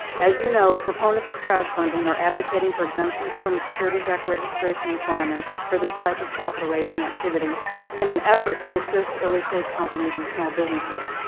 as you know, proponents of crowdfunding are advocating for exemptions securities act registration requirements for this type of capital raising activity in an effort to assist, early stage companies and small businesses.